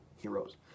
heroes